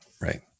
right